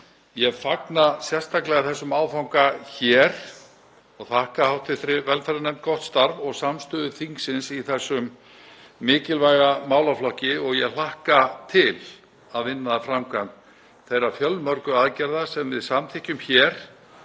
Ég fagna sérstaklega þessum áfanga hér og þakka hv. velferðarnefnd gott starf og samstöðu þingsins í þessum mikilvæga málaflokki og ég hlakka til að vinna að framkvæmd þeirra fjölmörgu aðgerða sem við samþykkjum hér